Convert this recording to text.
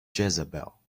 jezebel